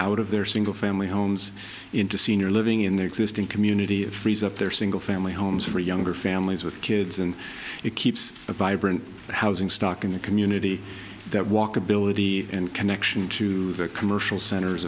out of their single family homes into senior living in their existing community and frees up their single family homes for younger families with kids and it keeps a vibrant housing stock in the community that walkability connection to the commercial cent